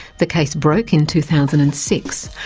the case broke in two thousand and six,